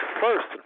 first